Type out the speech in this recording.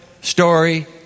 story